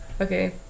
Okay